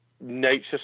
nature